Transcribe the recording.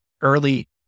early